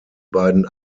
beiden